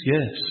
Yes